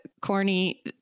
corny